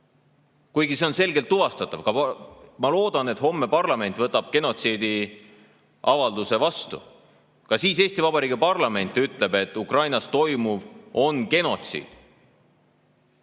kuigi see on selgelt tuvastatav. Ma loodan, et homme parlament võtab genotsiidiavalduse vastu, ka siis Eesti Vabariigi parlament ütleb, et Ukrainas toimuv on genotsiid. Mida